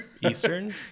Eastern